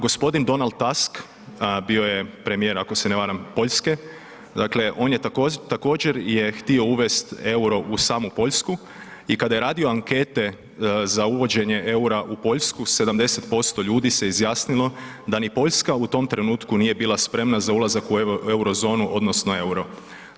Gospodin Donald Tusk bio je premijer ako se ne varam Poljske, dakle on je također htio je uvest EUR-o u samu Poljsku i kada je radio ankete za uvođenje EUR-a u Poljsku 70% ljudi se izjasnilo da ni Poljska u tom trenutku nije bila spremna za ulazak u euro zonu odnosno EUR-o.